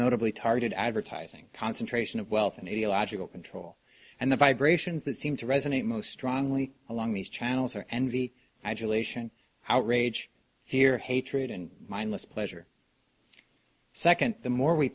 notably targeted advertising concentration of wealth and ideological control and the vibrations that seem to resonate most strongly along these channels or envy i jus lation outrage fear hatred and mindless pleasure second the more we